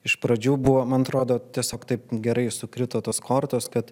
iš pradžių buvo man atrodo tiesiog taip gerai sukrito tos kortos kad